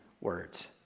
words